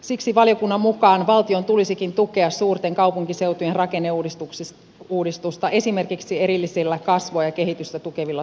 siksi valiokunnan mukaan valtion tulisikin tukea suurten kaupunkiseutujen rakenneuudistusta esimerkiksi erillisillä kasvua ja kehitystä tukevilla sopimuksilla